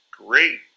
Great